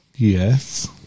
yes